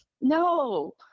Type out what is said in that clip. no